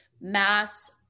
mass